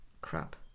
crap